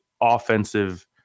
offensive